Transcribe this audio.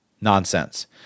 Nonsense